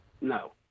No